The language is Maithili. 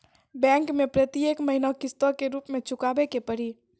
बैंक मैं प्रेतियेक महीना किस्तो के रूप मे चुकाबै के पड़ी?